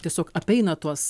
tiesiog apeina tuos